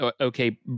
okay